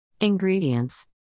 Ingredients